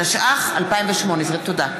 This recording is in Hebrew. התשע"ח 2018. תודה.